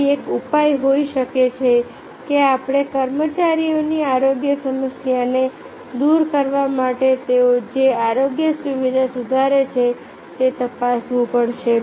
તેથી એક ઉપાય એ હોઈ શકે છે કે આપણે કર્મચારીઓની આરોગ્ય સમસ્યાને દૂર કરવા માટે તેઓ જે આરોગ્ય સુવિધા સુધારે છે તે તપાસવું પડશે